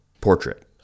portrait